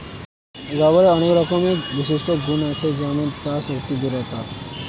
রাবারের অনেক রকমের বিশিষ্ট গুন্ আছে যেমন তার শক্তি, দৃঢ়তা